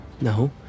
No